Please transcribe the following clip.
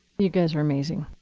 you guys are amazing.